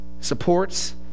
supports